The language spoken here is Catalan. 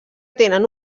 tenen